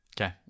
Okay